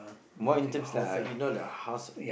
more in terms lah you know the house